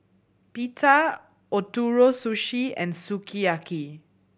Pita Ootoro Sushi and Sukiyaki